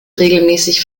regelmäßig